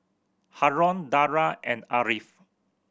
Haron Dara and Ariff